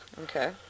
Okay